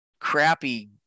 crappy